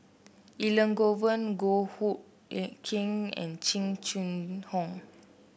Elangovan Goh Hood Keng and Jing Jun Hong